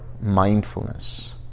mindfulness